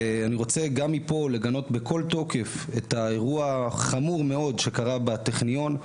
ואני רוצה גם מפה לגנות בכל תוקף את האירוע החמור מאוד שקרה בטכניון.